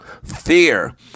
Fear